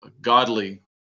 godly